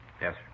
Yes